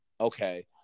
okay